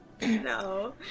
No